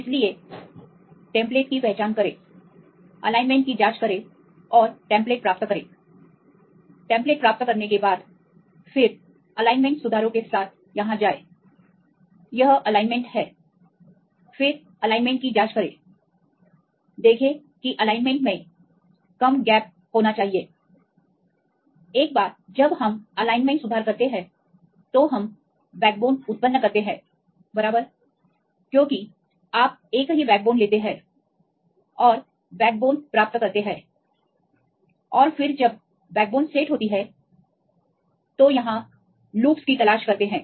इसलिए टेम्पलेट की पहचान करें एलाइनमेंट की जांच करें और टेम्पलेट प्राप्त करें टेम्पलेट प्राप्त करने के बाद फिर एलाइनमेंट सुधारों के साथ यहां जाएं यह एलाइनमेंट है फिर एलाइनमेंट की जाँच करें देखे की एलाइनमेंट में कम अंतराल होना चाहिए एक बार जब हम एलाइनमेंट सुधार करते हैं तो हम बैकबोन उत्पन्न करते हैं बराबर क्योंकि आप एक ही बैकबोन लेते हैं और बैकबोन प्राप्त करते हैं और फिर जब बैकबोन सेट होती है वे यहाँ लुप्स की तलाश करते हैं